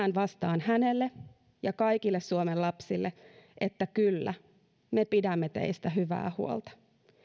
tänään vastaan hänelle ja kaikille suomen lapsille että kyllä me pidämme teistä hyvää huolta